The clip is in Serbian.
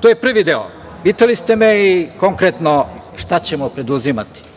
To je prvi deo. Pitali ste me i konkretno - šta ćemo preduzimati?